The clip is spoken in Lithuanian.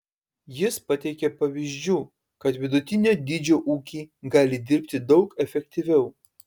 jis pateikė pavyzdžių kad vidutinio dydžio ūkiai gali dirbti daug efektyviau